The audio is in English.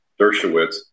Dershowitz